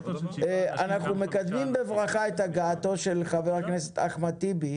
אנחנו מקדמים בברכה את הגעתו של חבר הכנסת אחמד טיבי.